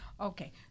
Okay